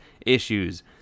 issues